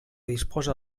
disposa